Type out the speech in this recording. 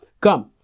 come